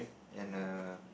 and a